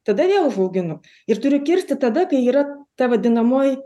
tada jie užaugina ir turi kirsti tada kai yra ta vadinamoji